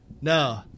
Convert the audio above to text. no